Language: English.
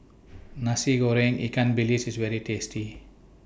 Nasi Goreng Ikan Bilis IS very tasty